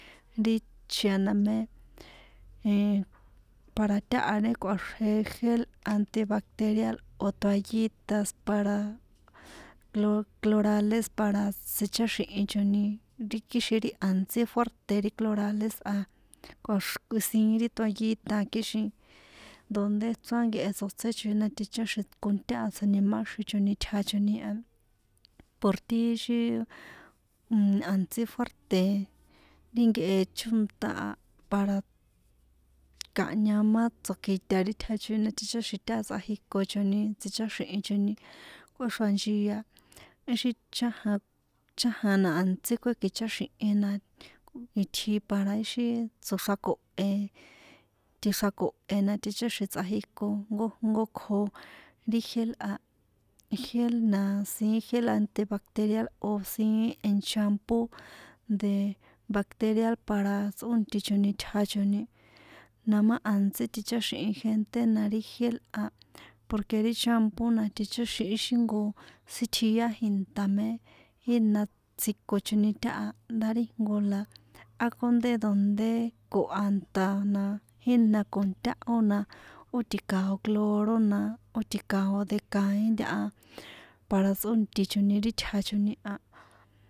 Ri chi̱n a na mé para enn para táha ri kꞌuaxrje gel antibacteria toallitas para clo cloralex para tsicháxi̱hichoni kixin ri a̱ntsí fuérte̱ ri cloralex a kꞌua ko siín ri toallita a kixin donde chrán nkehe tsotséchoni na ticháxi̱n con táha tsjo̱nimáxichon itjachoni por ti ixi a̱ntsí fuérte̱ ti nkehe chónta a para kahña má tso̱kjita ri itjachon na ticháxi̱n táha tsꞌajikochoni tsicháxi̱hichoni xranchia ixi chájan chájan na a̱ntsí kuékicháxi̱hin na itji para ixi tsoxráko̱he tjixrako̱he na ticháxi̱n tꞌajiko jnojnko kjo ri gel a igel na siín gela anti bacterial o̱ siín en shampo de bacterial para tsꞌóntichoni tjachoni na má a̱ntsí ticháxi̱hin gente na ri gel a porque ri champo na ticháxi̱n ixi jnko sítjia jinta mé jína tsjikochoni táha ndá ri jnko la ákjonde donde koha nta na jína con táhó na ó ti̱kao̱ cloro na ó ti̱kao̱ de kaín táha para tsꞌóntichoni ri itjachoni a.